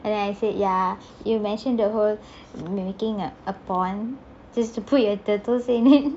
and then I said ya you mentioned the whole making a pond just to put your turtles in it